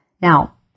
Now